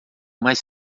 mais